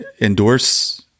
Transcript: endorse